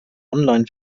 online